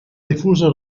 difusa